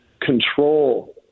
control